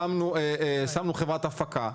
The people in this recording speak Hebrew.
שמנו חברת הפקה.